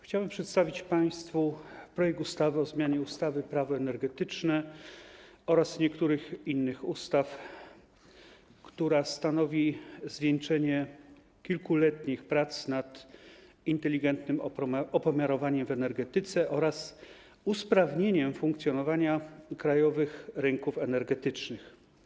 Chciałbym przedstawić państwu projekt ustawy o zmianie ustawy - Prawo energetyczne oraz niektórych innych ustaw, który stanowi zwieńczenie kilkuletnich prac nad inteligentnym opomiarowaniem w energetyce oraz usprawnieniem funkcjonowania krajowych rynków energetycznych.